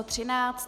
13.